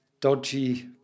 dodgy